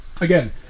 Again